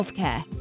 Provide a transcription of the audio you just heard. Healthcare